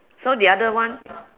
so the other one